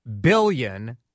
billion